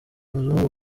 muzungu